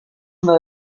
una